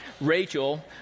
Rachel